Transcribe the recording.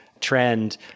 trend